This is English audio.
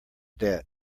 debt